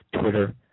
Twitter